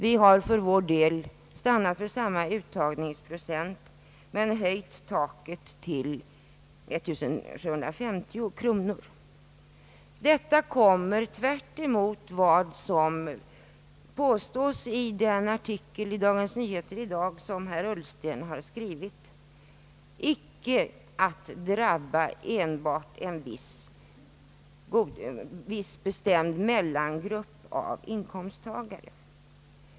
Vi har för vår del stannat för samma uttagningsprocent men höjt taket till 1750 kronor. Detta kommer — tvärt emot vad som påstås i den artikel i Dagens Nyheter som herr Ullsten har skrivit — icke att drabba enbart en viss bestämd mellangrupp av inkomsttagare.